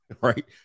right